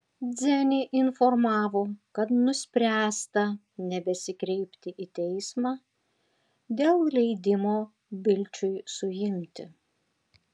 dzenį informavo kad nuspręsta nebesikreipti į teismą dėl leidimo bilčiui suimti